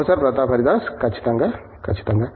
professor Pratap Haridas ఖచ్చితంగా ఖచ్చితంగా